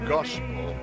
Gospel